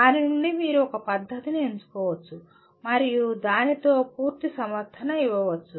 దాని నుండి మీరు ఒక పద్ధతిని ఎంచుకోవచ్చు మరియు దానితో పూర్తి సమర్థన ఇవ్వవచ్చు